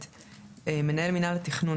(ב)מנהל מינהל התכנון,